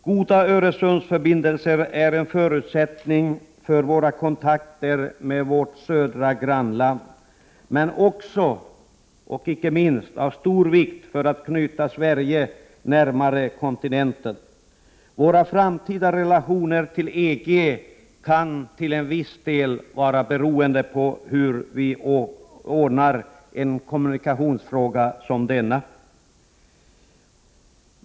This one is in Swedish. Goda Öresundsförbindelser är en förutsättning för våra kontakter med vårt södra grannland, och inte minst av stor vikt för att knyta Sverige närmare kontinenten. Våra framtida relationer till EG kan till en viss del vara beroende av hur vi löser ett kommunikationsproblem som detta.